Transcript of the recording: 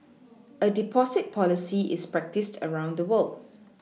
a Deposit policy is practised around the world